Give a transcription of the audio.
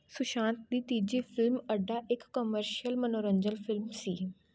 ਸੁਸ਼ਾਂਤ ਦੀ ਤੀਜੀ ਫ਼ਿਲਮ ਅੱਡਾ ਇੱਕ ਕਮਰਸ਼ੀਅਲ ਮਨੋਰੰਜਨ ਫ਼ਿਲਮ ਸੀ